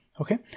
Okay